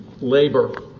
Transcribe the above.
labor